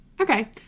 Okay